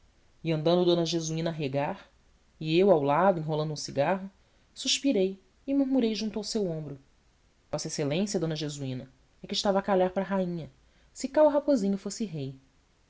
e andando d jesuína a regar e eu ao lado enrolando um cigarro suspirei e murmurei junto ao seu ombro vossa excelência d jesuína é que estava a calhar para rainha se cá o raposinho fosse rei